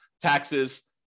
taxes